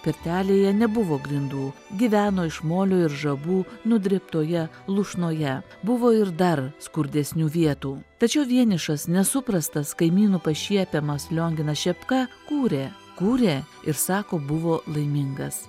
pirtelėje nebuvo grindų gyveno iš molio ir žabų nudrėbtoje lūšnoje buvo ir dar skurdesnių vietų tačiau vienišas nesuprastas kaimynų pašiepiamas lionginas šepka kūrė kūrė ir sako buvo laimingas